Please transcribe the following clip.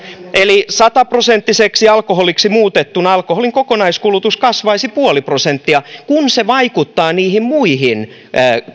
eli sataprosenttiseksi alkoholiksi muutettuna alkoholin kokonaiskulutus kasvaisi puoli prosenttia kun se vaikuttaa niihin muihin